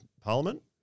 Parliament